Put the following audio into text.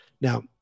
Now